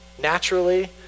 naturally